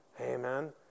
Amen